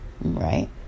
right